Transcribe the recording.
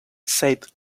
saved